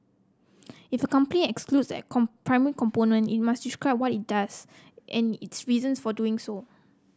if a company excludes at component component it must describe what it does and its reasons for doing so